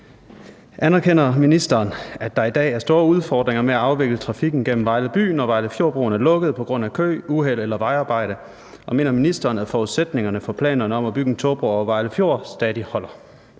Anerkender ministeren, at der i dag er store udfordringer med at afvikle trafikken gennem Vejle by, når Vejlefjordbroen er lukket på grund af kø, uheld eller vejarbejde, og mener ministeren, at forudsætningerne for planerne om at bygge en togbro over Vejle Fjord stadig holder?